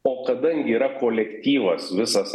o kadangi yra kolektyvas visas